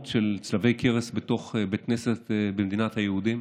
של צלבי קרס בתוך בית כנסת במדינת היהודים.